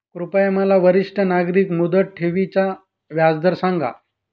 कृपया मला वरिष्ठ नागरिक मुदत ठेवी चा व्याजदर सांगा